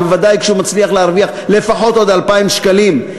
בוודאי כשהוא מצליח להרוויח לפחות עוד 2,000 שקלים,